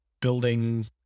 building